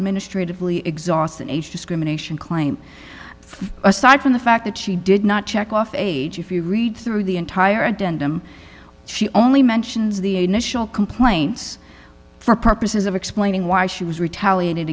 administratively exhaust an age discrimination claim aside from the fact that she did not check off age if you read through the entire and and i'm she only mentions the initial complaints for purposes of explaining why she was retaliated